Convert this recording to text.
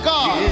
God